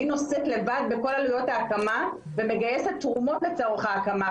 אני נושאת לבד בכל עלויות ההקמה ומגייסת תרומות לצורך ההקמה,